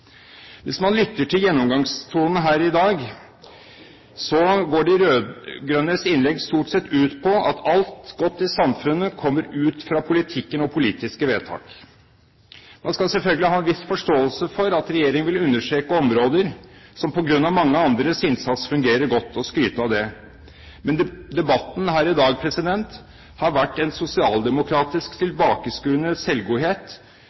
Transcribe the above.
Hvis man lytter til gjennomgangstonen her i dag, går de rød-grønnes innlegg stort sett ut på at alt godt i samfunnet kommer fra politikk og politiske vedtak. Man skal selvfølgelig ha en viss forståelse for at regjeringen vil understreke områder som på grunn av mange andres innsats fungerer godt, og skryte av det. Men debatten her i dag har vært en sosialdemokratisk tilbakeskuende selvgodhet